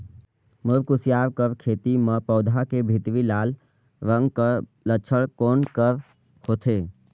मोर कुसियार कर खेती म पौधा के भीतरी लाल रंग कर लक्षण कौन कर होथे?